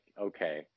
okay